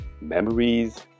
memories